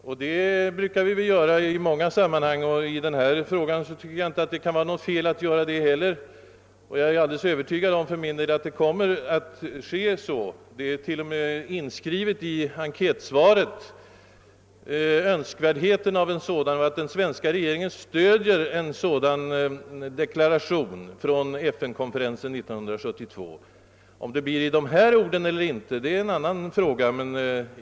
Sådana försök brukar vi göra i många andra sammanhang, och jag tycker att det inte heller kan vara felaktigt på detta område. Jag är för min del rätt övertygad om att en sådan deklaration så småningom kommer att antas. Den svenska regeringen har t.o.m. i sitt enkätsvar till FN understrukit önskvärdheten härav och framhållit att den stödjer en sådan deklaration från FN-konferensen 1972. Om den kommer att göras i de ordalag jag angivit eller inte blir en annan fråga.